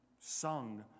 sung